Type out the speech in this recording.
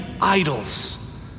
idols